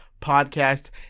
podcast